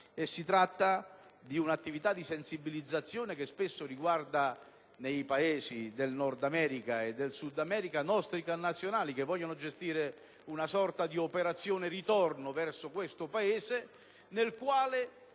Si tratta di un'attività di sensibilizzazione che spesso riguarda, nei Paesi del Nord America e Sud America, nostri connazionali che vogliono gestire una sorta di operazione-ritorno verso questo Paese, nel quale